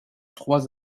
trois